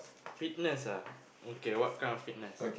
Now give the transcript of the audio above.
fitness ah okay what kind of fitness